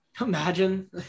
Imagine